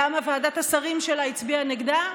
למה ועדת השרים שלה הצביעה נגדה?